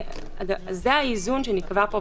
זה האיזון שנקבע בחוק.